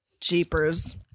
jeepers